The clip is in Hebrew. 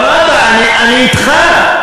אבל עכשיו נתת לזה הצדקה, מלחמה, אני אתך.